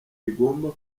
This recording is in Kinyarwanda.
rigomba